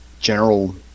general